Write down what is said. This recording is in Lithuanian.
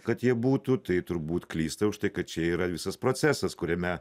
kad jie būtų tai turbūt klysta užtai kad čia yra visas procesas kuriame